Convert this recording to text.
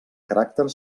caràcter